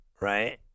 Right